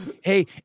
Hey